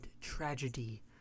tragedy